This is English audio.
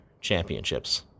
championships